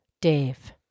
Dave